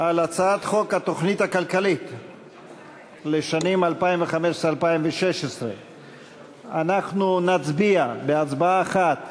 על הצעת חוק התוכנית הכלכלית לשנים 2015 2016. אנחנו נצביע בהצבעה אחת